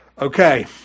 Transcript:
okay